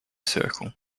circle